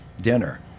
dinner